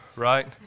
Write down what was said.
right